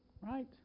right